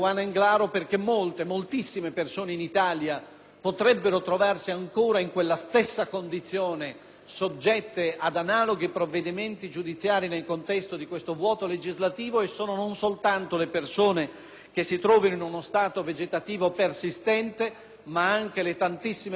potrebbero trovarsi ancora in quella stessa condizione, soggette ad analoghi provvedimenti giudiziari nel contesto di questo vuoto legislativo, e sono non soltanto le persone che si trovano in uno stato vegetativo persistente, ma anche le tantissime persone a loro assimilabili, come quelle affette